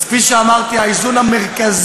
אז כפי שאמרתי, האיזון המרכזי,